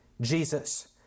Jesus